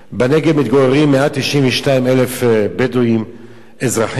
בנגב מתגוררים 192,000 בדואים אזרחים,